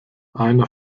einer